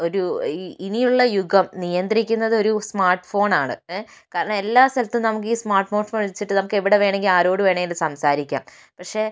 ഒരു ഈ ഇനിയുള്ള യുഗം നിയന്ത്രിക്കുന്നത് ഒരു സ്മാർട്ട് ഫോണാണ് ഏഹ് കാരണം എല്ലാ സ്ഥലത്തും നമുക്ക് ഈ സ്മാർട്ട് ഫോൺ വച്ചിട്ട് നമുക്ക് എവിടെ വേണമെങ്കിലും ആരോട് വേണമെങ്കിലും സംസാരിക്കാം പക്ഷെ